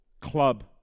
club